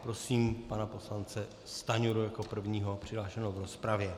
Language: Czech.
Prosím pana poslance Stanjuru jako prvního přihlášeného k rozpravě.